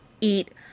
eat